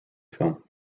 film